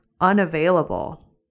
unavailable